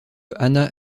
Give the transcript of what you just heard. hanna